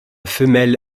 femelle